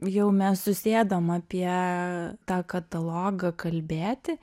jau mes susėdom apie tą katalogą kalbėti